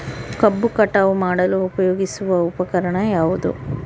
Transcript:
ಕಬ್ಬು ಕಟಾವು ಮಾಡಲು ಉಪಯೋಗಿಸುವ ಉಪಕರಣ ಯಾವುದು?